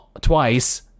twice